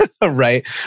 right